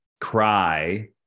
cry